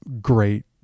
great